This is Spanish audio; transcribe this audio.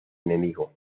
enemigo